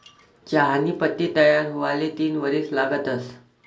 चहानी पत्ती तयार हुवाले तीन वरीस लागतंस